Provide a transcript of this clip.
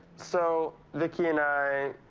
so vicki and i,